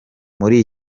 muri